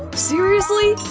seriously?